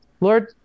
Lord